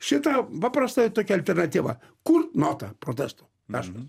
šitą paprastą tokią alternatyvą kur nota protesto taškas